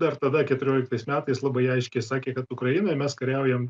dar tada keturioliktais metais labai aiškiai sakė kad ukrainoj mes kariaujam